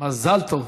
מזל טוב.